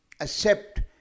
accept